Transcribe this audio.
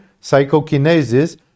psychokinesis